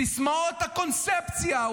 סיסמאות הקונספציה,